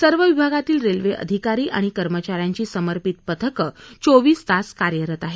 सर्व विभागांतील रेल्वे अधिकारी आणि कर्मचाऱ्यांची समर्पित पथकं चोवीस तास कार्यरत आहेत